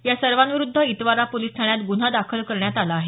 या सर्वांविरूध्द ईतवारा पोलीस ठाण्यात गुन्हा दाखल करण्यात आला आहे